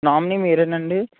nominee మీరేనా అండి